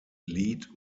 lead